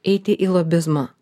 eiti į lobizmą